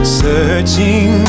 searching